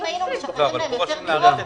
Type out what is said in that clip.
אם היינו משחררים להם יותר דירות,